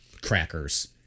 crackers